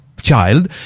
child